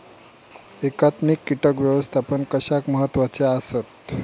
एकात्मिक कीटक व्यवस्थापन कशाक महत्वाचे आसत?